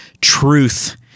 truth